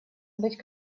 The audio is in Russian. быть